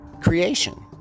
creation